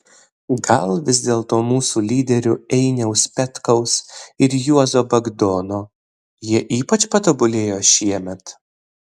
gal vis dėlto mūsų lyderių einiaus petkaus ir juozo bagdono jie ypač patobulėjo šiemet